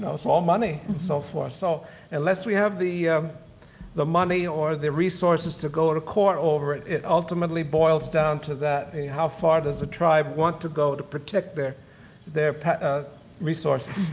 ah it's all money, and so forth. so unless we have the the money or the resources to go to court over it it ultimately boils down to that, how far does a tribe want to go to protect their their ah resources?